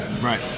Right